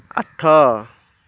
ଆଠ